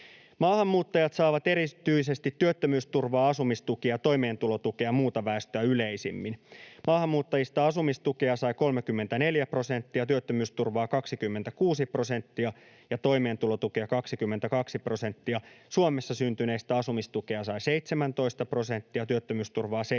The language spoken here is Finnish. Maahanmuuttajat saavat erityisesti työttömyysturvaa, asumistukea ja toimeentulotukea muuta väestöä yleisemmin. Maahanmuuttajista asumistukea sai 34 prosenttia, työttömyysturvaa 26 prosenttia ja toimeentulotukea 22 prosenttia. Suomessa syntyneistä asumistukea sai 17 prosenttia, työttömyysturvaa 7 prosenttia